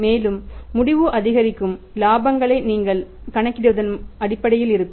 மேலும் முடிவு அதிகரிக்கும் இலாபங்களை நீங்கள் கணக்கிடுவதன் அடிப்படையில் இருக்கும்